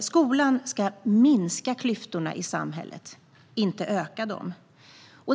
Skolan ska minska klyftorna i samhället, inte öka dem.